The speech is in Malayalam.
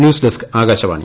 news desk Akashvani